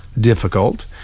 difficult